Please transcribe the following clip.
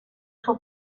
suo